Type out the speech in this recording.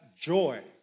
joy